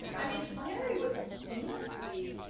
i mean, flannery was famously,